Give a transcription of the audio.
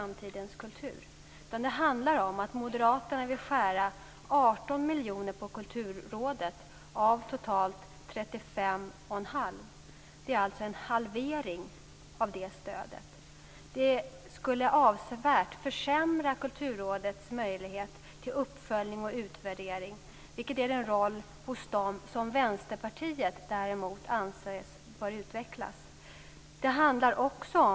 Moderaterna vill skära 18 miljoner av totalt 35 1⁄2 miljoner på kulturområdet - det rör sig alltså om en halvering av stödet. Det skulle avsevärt försämra Kulturrådets möjlighet till uppföljning och utvärdering, vilket ger Kulturrådet en roll som Vänsterpartiet däremot anser bör utvecklas.